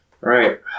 Right